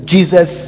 Jesus